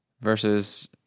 versus